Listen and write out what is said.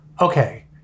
Okay